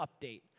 update